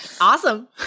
Awesome